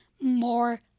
more